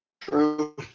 True